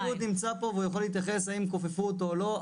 משרד הבריאות נמצא פה והוא יכול להתייחס האם כופפו אותו או לא.